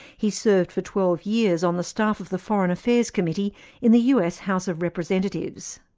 he served for twelve years on the staff of the foreign affairs committee in the us house of representatives.